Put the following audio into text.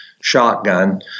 shotgun